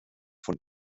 von